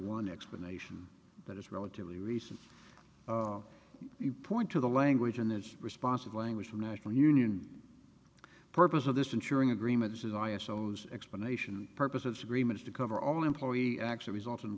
one explanation that is relatively recent you point to the language in this response of language from national union purpose of this ensuring agreements is i s o s explanation purposes agreements to cover all employee actually result in